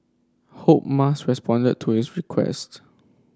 hope Musk responded to his request